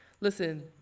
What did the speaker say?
Listen